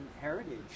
heritage